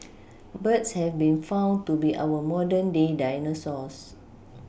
birds have been found to be our modern day dinosaurs